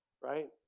right